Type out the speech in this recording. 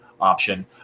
option